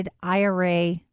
IRA